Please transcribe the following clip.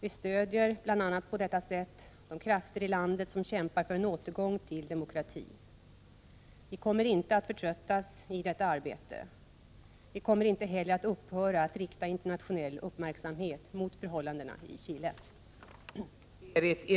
Vi stödjer bl.a. på detta sätt de krafter i landet som kämpar för en återgång till demokrati. Vi kommer inte att förtröttas i detta arbete. Vi kommer inte heller att upphöra att rikta internationell uppmärksamhet mot förhållandena i Chile.